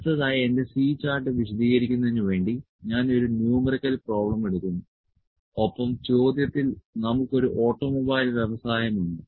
അടുത്തതായി എന്റെ C chart വിശദീകരിക്കുന്നതിന് വേണ്ടി ഞാൻ ഒരു ന്യൂമെറിക്കൽ പ്രോബ്ലം എടുക്കുന്നു ഒപ്പം ചോദ്യത്തിൽ നമുക്ക് ഒരു ഓട്ടോമൊബൈൽ വ്യവസായമുണ്ട്